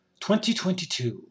2022